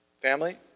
Family